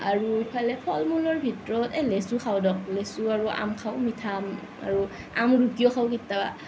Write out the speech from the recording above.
আৰু ইফালে ফলমূলৰ ভিতৰত এই লেচু খাওঁ দিয়ক লেচু আৰু আম খাওঁ মিঠা আম আৰু আম ৰোকিও খাওঁ কেটৱা